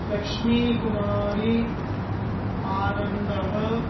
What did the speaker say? लक्ष्मी कुमारी आनन्दः